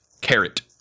Carrot